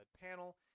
panel